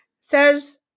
says